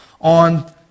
on